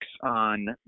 on